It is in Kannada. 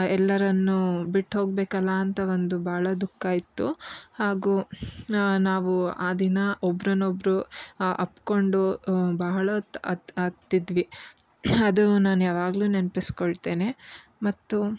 ಎಲ್ಲರನ್ನೂ ಬಿಟ್ಟು ಹೋಗ್ಬೇಕಲ್ವ ಅಂತ ಒಂದು ಭಾಳ ದುಃಖ ಇತ್ತು ಹಾಗೂ ನಾವು ಆ ದಿನ ಒಬ್ರನ್ನೊಬ್ರು ಅಪ್ಪಿಕೊಂಡು ಬಹಳ ಹೊತ್ತು ಅತ್ತು ಅತ್ತಿದ್ವಿ ಅದು ನಾನು ಯಾವಾಗಲೂ ನೆನಪಿಸ್ಕೊಳ್ತೇನೆ ಮತ್ತು